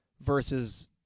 versus